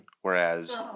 whereas